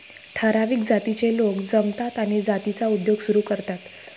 ठराविक जातीचे लोक जमतात आणि जातीचा उद्योग सुरू करतात